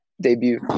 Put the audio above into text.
Debut